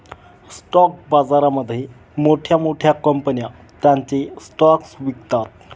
stock बाजारामध्ये मोठ्या मोठ्या कंपन्या त्यांचे स्टॉक्स विकतात